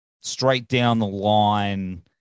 straight-down-the-line